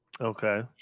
Okay